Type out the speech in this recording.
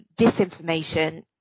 disinformation